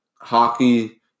hockey